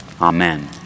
Amen